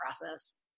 process